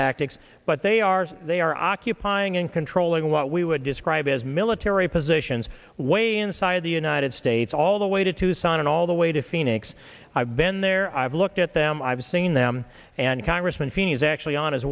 tactics but they are they are occupying and controlling what we would describe as military positions way inside the united states all the way to tucson and all the way to phoenix i've been there i've looked at them i've seen them and congressman feeney is actually on his